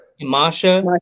Masha